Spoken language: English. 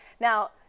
Now